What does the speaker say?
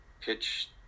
pitch